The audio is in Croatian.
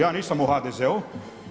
Ja nisam u HDZ-u.